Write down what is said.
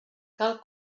cal